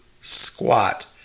squat